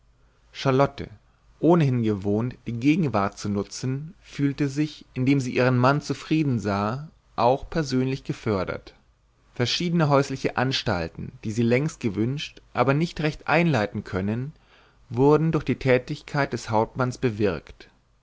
charlotte ohnehin gewohnt die gegenwart zu nutzen fühlte sich indem sie ihren mann zufrieden sah auch persönlich gefördert verschiedene häusliche anstalten die sie längst gewünscht aber nicht recht einleiten können wurden durch die tätigkeit des hauptmanns bewirkt